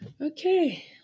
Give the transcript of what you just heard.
Okay